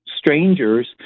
Strangers